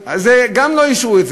גם את זה לא אישרו,